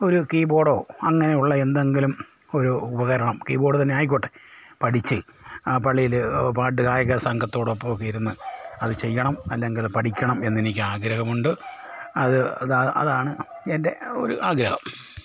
ഒരു കീബോഡോ അങ്ങനെയുള്ള എന്തെങ്കിലും ഒരു ഉപകരണം കീബോഡ് തന്നെ ആയിക്കോട്ടെ പഠിച്ച് പള്ളിയിൽ പാട്ട് ഗായക സംഘത്തോടൊപ്പമൊക്കെ ഇരുന്ന് അത് ചെയ്യണം അല്ലെങ്കിൽ പഠിക്കണം എന്നെനിക്ക് ആഗ്രഹമുണ്ട് അത് അതാണ് അതാണ് എന്റെ ഒരു ആഗ്രഹം